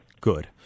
good